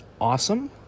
awesome